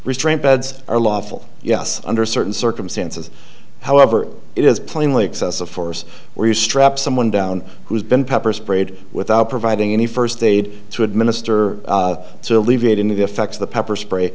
restraint beds are lawful yes under certain circumstances however it is plainly excessive force where you strap someone down who's been pepper sprayed without providing any first aid to administer to alleviating the effects of the pepper spray